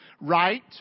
Right